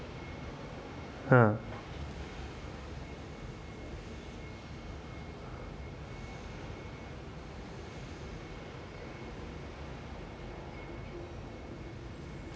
!huh!